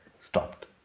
stopped